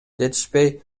жетишпей